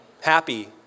Happy